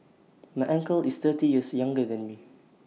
my uncle is thirty years younger than me